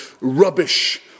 rubbish